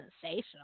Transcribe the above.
sensational